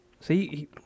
See